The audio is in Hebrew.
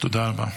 תודה רבה.